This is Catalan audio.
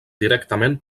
directament